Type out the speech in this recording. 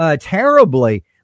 terribly